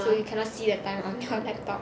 so you cannot see the time on your laptop